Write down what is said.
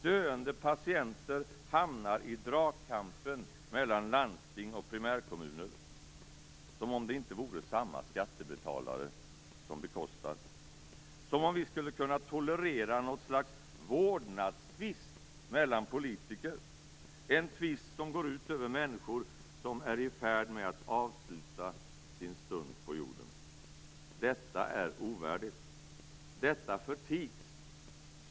Döende patienter hamnar i dragkampen mellan landsting och primärkommuner - som om det inte vore samma skattebetalare som bekostar, som om vi skulle kunna tolerera något slags vårdnadstvist mellan politiker, en tvist som går ut över människor som är i färd med att avsluta sin stund på jorden. Detta är ovärdigt. Detta förtigs.